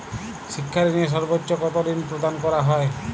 শিক্ষা ঋণে সর্বোচ্চ কতো ঋণ প্রদান করা হয়?